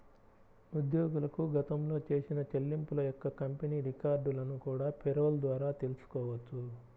ఉద్యోగులకు గతంలో చేసిన చెల్లింపుల యొక్క కంపెనీ రికార్డులను కూడా పేరోల్ ద్వారా తెల్సుకోవచ్చు